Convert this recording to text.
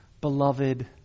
beloved